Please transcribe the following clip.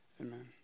Amen